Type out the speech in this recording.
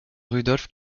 rudolf